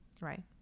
right